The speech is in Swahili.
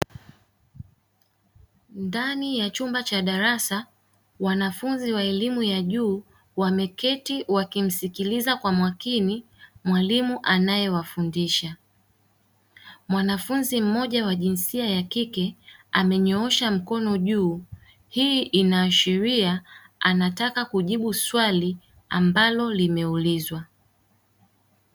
Ndani ya chumba cha darasa wanafunzi wa elimu ya juu wameketi wakimsikiliza kwa makini mwalimu anayewafundisha, mwanafunzi mmoja wa jinsia ya kike amenyoosha mkono juu. Hii inaashiria anataka kujibu swali ambalo limeulizwa.